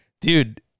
dude